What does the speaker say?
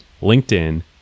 LinkedIn